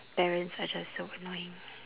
parents are just so annoying